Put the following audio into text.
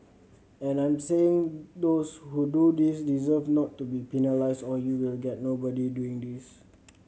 and I am saying those who do this deserve not to be penalised or you will get nobody doing this